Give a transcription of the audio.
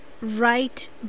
Right